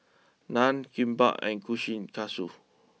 Naan Kimbap and Kushikatsu